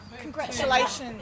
congratulations